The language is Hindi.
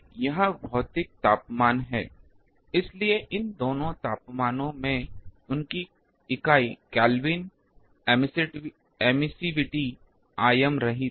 यह भौतिक तापमान है इसलिए इन दोनों तापमानों में उनकी इकाई केल्विन एमिसिविटी आयाम रहित है